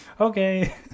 Okay